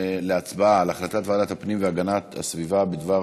להצבעה על הצעת ועדת הפנים והגנת הסביבה בדבר